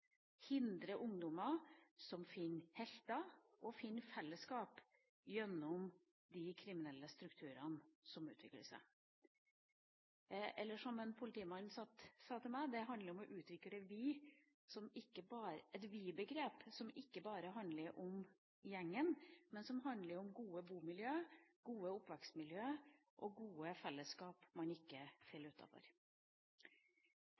hindre ungdommer som finner helter og finner fellesskap gjennom de kriminelle strukturene som utvikler seg. Eller som en politimann sa til meg: Det handler om å utvikle et «vi»-begrep som ikke bare handler om gjengen, men som handler om gode bomiljø, gode oppvekstmiljø og gode fellesskap man ikke